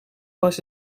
was